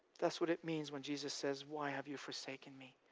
that's what it means when jesus says why have you forsaken me